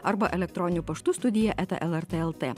arba elektroniniu paštu studija eta lrt lt